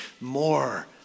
More